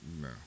No